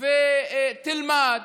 ותלמד